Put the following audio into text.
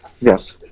Yes